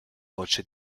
gocce